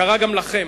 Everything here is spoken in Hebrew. קרה גם לכם,